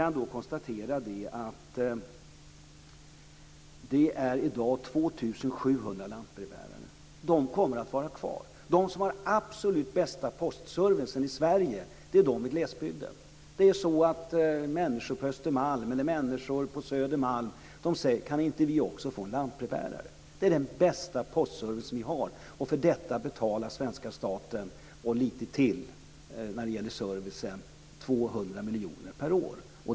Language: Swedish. Jag kan konstatera att det i dag finns 2 700 lantbrevbärare. De kommer att vara kvar. De som har den absolut bästa postservicen i Sverige är de i glesbygden. Det är så att människor på Östermalm eller Södermalm säger: Kan inte vi också få lantbrevbärare? Det är den bästa postservice vi har. För detta och lite till när det gäller servicen betalar svenska staten 200 miljoner kronor per år.